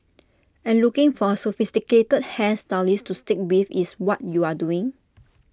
and looking for A sophisticated hair stylist to stick with is what you are doing